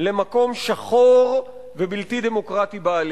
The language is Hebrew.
למקום שחור ובלתי דמוקרטי בעליל.